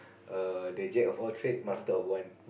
err the jack of all trade master of one